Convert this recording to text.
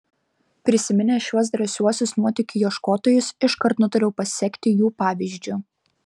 prisiminęs šiuos drąsiuosius nuotykių ieškotojus iškart nutariau pasekti jų pavyzdžiu